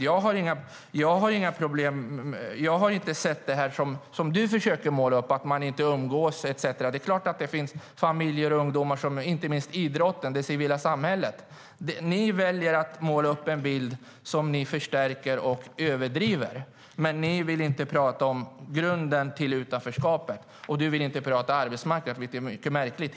Jag har inte sett det som du försöker måla upp, att man inte umgås etcetera. Det är klart att det finns familjer och ungdomar som umgås, inte minst i idrotten och i det civila samhället. Ni väljer att måla upp en bild som ni förstärker och överdriver, men ni vill inte prata om grunden till utanförskapet. Och du vill inte prata om arbetsmarknad, vilket är mycket märkligt.